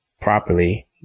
properly